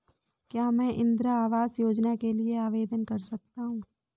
क्या मैं इंदिरा आवास योजना के लिए आवेदन कर सकता हूँ?